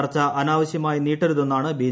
ചർച്ചു അനാവശ്യമായി നീട്ടരുതെന്നാണ് ബി